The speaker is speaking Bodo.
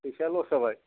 फैसाया लस जाबाय